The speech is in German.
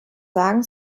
sagen